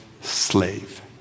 slave